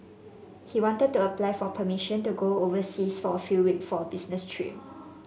he wanted to apply for permission to go overseas for a few week for a business trip